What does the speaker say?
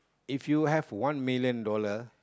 if you have one million dollar